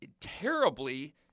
terribly